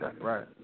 Right